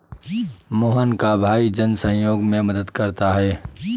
मोहन का भाई जन सहयोग में मदद करता है